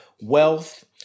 wealth